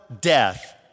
death